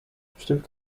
bestimmt